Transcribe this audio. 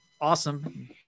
awesome